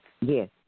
Yes